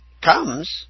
comes